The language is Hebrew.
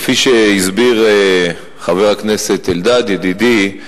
כפי שהסביר חבר הכנסת אלדד, ידידי,